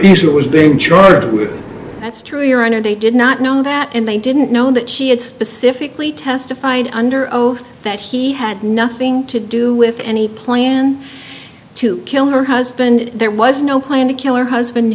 it was being charged with that's true your honor they did not know that and they didn't know that she had specifically testified under oath that he had nothing to do with any plan to kill her husband there was no plan to kill her husband